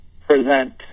present